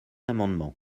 amendement